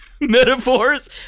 Metaphors